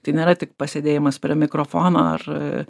tai nėra tik pasėdėjimas prie mikrofono ar